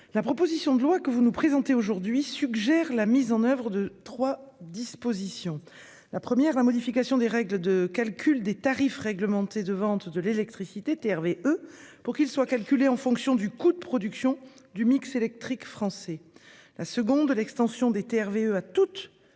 La proposition de loi que vous nous présentez aujourd'hui suggère la mise en oeuvre de 3 dispositions. La première, la modification des règles de calcul des tarifs réglementés de vente de l'électricité. Hervé eux pour qu'ils soient calculés en fonction du coût de production du mix électrique français. La seconde, l'extension des TRV à toutes